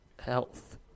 health